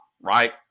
right